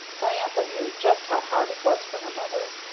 diantha knew just how hard it was for her mother.